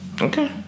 Okay